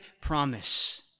promise